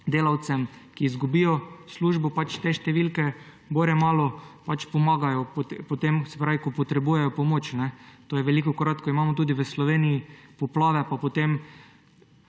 delavcem, ki izgubijo službo, te številke bore malo pomagajo, potem ko potrebujejo pomoč. To je velikokrat, ko imamo v Sloveniji poplave, pa potem